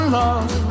love